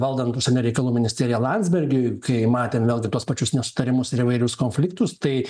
valdant užsienio reikalų ministeriją landsbergiui kai matėm vėlgi tuos pačius nesutarimus ir įvairius konfliktus tai